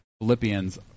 Philippians